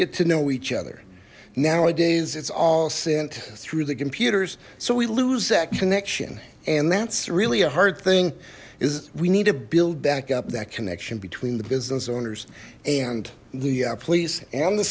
get to know each other nowadays it's all sent through the computers so we lose that connection and that's really a hard thing is we need to build back up that connection between the business owners and the police and the